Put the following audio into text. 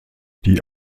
die